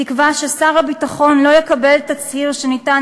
תקבע ששר הביטחון לא יקבל תצהיר שניתן